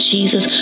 Jesus